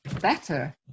Better